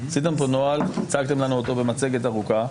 עשיתם פה נוהל, הצגתם לנו אותו במצגת ארוכה,